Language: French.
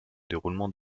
déroulement